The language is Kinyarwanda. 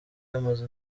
amaze